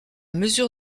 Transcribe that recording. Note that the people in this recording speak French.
mesure